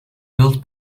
built